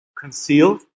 concealed